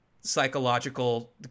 psychological